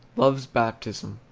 love's baptism.